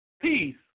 peace